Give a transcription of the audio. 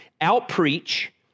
out-preach